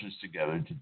together